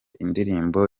indirimbo